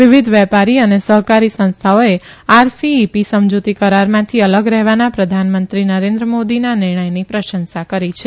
વિવિધ વ્યાપારી અને સહકારી સંસ્થાઓએ આરસીઇપી સમજુતી કરારમાંથી અલગ રહેવાના પ્રધાનમંત્રી નરેન્દ્ર મોદીના નિર્ણયની પ્રશંસા કરી છે